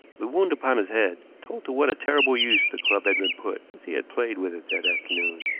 the wound upon his head told to what a terrible use the club had been put since he had played with it that afternoon.